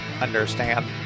understand